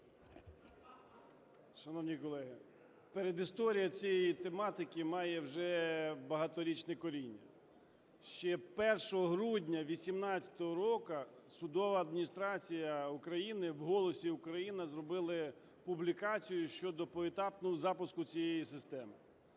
Шановні колеги, передісторія цієї тематики має вже багаторічне коріння. Ще 1 грудня 18-го року судова адміністрація України в "Голосі України" зробила публікацію щодо поетапного запуску цієї системи,